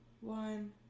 one